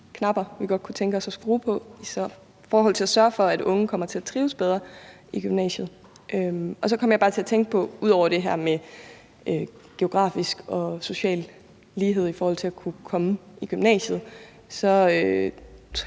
knapper, vi godt kunne tænke os at skrue på i forhold til at sørge for, at unge kommer til at trives bedre i gymnasiet. Ud over det her med social og geografisk lighed i forhold til at kunne komme i gymnasiet